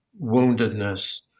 woundedness